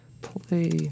Play